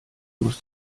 muss